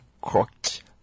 crotch